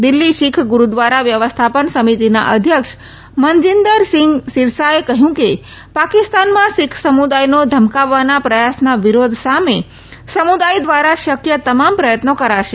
દિલ્હી શીખ ગુરુધ્વારા વ્યવસ્થાપન સમિતિના અધ્યક્ષ મનજીન્દર સિંઘ સીરસાએ કહયું કે પાકિસ્તાનમાં શીખ સમુદાયનો ધમકાવવાના પ્રયાસના વિરોધ માટે સમુદાય ધ્વારા શકય તમામ પ્રયત્નો કરાશે